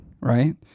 right